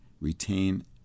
retain